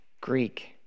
Greek